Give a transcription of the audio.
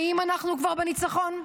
האם אנחנו כבר בניצחון?